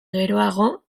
geroago